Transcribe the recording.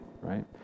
Right